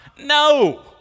No